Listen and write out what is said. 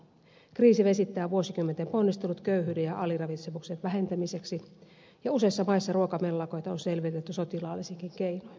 kriisi vesittää vuosikymmenten ponnistelut köyhyyden ja aliravitsemuksen vähentämiseksi ja useissa maissa ruokamellakoita on selvitelty sotilaallisinkin keinoin